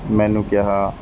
ਮੈਨੂੰ ਕਿਹਾ